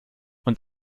und